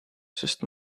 sest